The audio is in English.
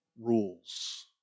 rules